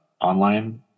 online